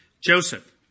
Joseph